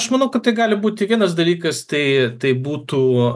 aš manau kad tai gali būti vienas dalykas tai tai būtų